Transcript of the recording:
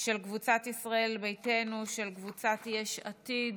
של קבוצת ישראל ביתנו ושל קבוצת יש עתיד.